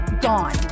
gone